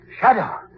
Shadow